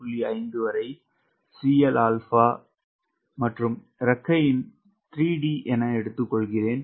5 வரை 𝐶Lα இறக்கையின் 3 டி என எடுத்துக்கொள்கிறேன்